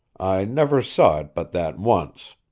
never saw it but that once.